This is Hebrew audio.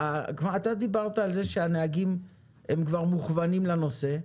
אתה דיברת על כך שהנהגים מוכוונים לנושא,